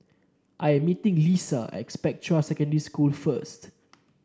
I am meeting Leesa at Spectra Secondary School first